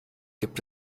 gibt